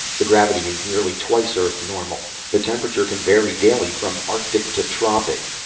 the gravity is nearly twice earth normal. the temperature can vary daily from arctic to tropic.